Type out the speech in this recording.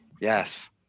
Yes